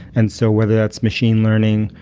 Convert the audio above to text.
and so whether that's machine learning,